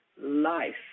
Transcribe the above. life